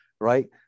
right